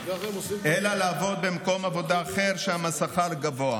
אלא לעבוד במקום עבודה אחר, ששם השכר גבוה.